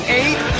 eight